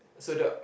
so the